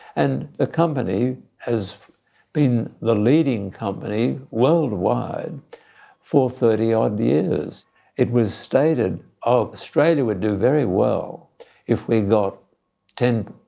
and the ah company has been the leading company worldwide for thirty odd years. it was stated ah australia would do very well if we got ten